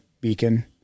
beacon